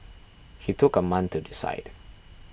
he took a month to decide